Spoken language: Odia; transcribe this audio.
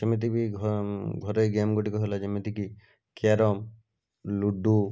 ସେମିତି ବି ଘରେ ଗେମ୍ ଗୁଡ଼ିକ ହେଲା ଯେମିତିକି କ୍ୟାରମ୍ ଲୁଡ଼ୁ